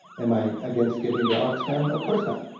am i against giving to oxfam? of course not.